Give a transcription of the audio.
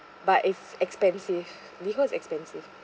but it's expensive Liho is expensive